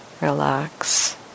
Relax